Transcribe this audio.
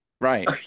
right